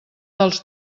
dels